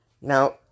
now